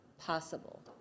possible